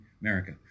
America